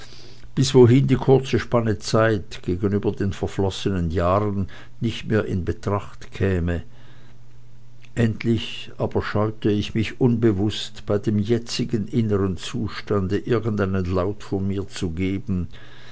bis wohin die kurze spanne zeit gegenüber den verflossenen jahren nicht mehr in betracht käme endlich aber scheute ich mich unbewußt bei dem jetzigen innern zustande irgendeinen laut von mir zu geben